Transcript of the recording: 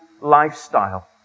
lifestyle